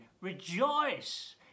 Rejoice